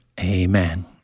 Amen